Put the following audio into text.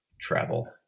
travel